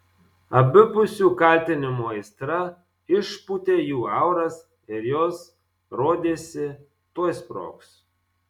abipusių kaltinimų aistra išpūtė jų auras ir jos rodėsi tuoj sprogs